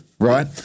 right